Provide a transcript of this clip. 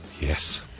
Yes